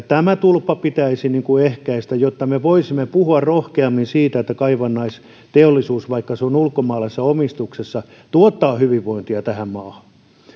tämä tulppa pitäisi ehkäistä jotta me voisimme puhua rohkeammin siitä että kaivannaisteollisuus vaikka se on ulkomaalaisessa omistuksessa tuottaa hyvinvointia tähän maahan